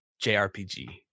jrpg